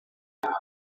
ambaŭ